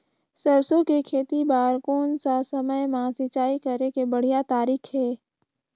सरसो के खेती बार कोन सा समय मां सिंचाई करे के बढ़िया तारीक हे?